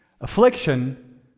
Affliction